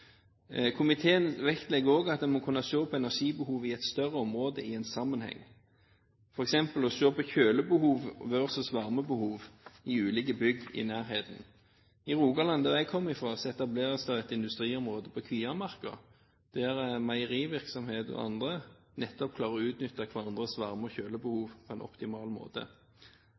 Komiteen vektlegger også at en må kunne se på energibehovet i et større område i sammenheng, f.eks. å se på kjølebehov versus varmebehov i ulike bygg i nærheten. I Rogaland, der jeg kommer fra, etableres det et industriområde på Kviamarka, der meierivirksomhet og andre nettopp klarer å utnytte hverandres varme- og kjølebehov på en optimal måte.